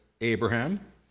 Abraham